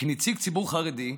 כנציג ציבור חרדי,